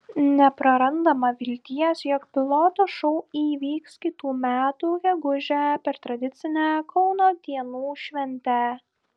neprarandama vilties jog piloto šou įvyks kitų metų gegužę per tradicinę kauno dienų šventę